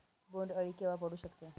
बोंड अळी केव्हा पडू शकते?